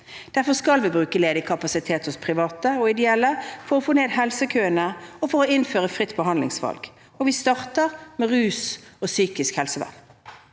Derfor skal vi bruke ledig kapasitet hos private og ideelle, for å få ned helsekøene og for å innføre fritt behandlingsvalg. Vi starter med rus og psykisk helsevern.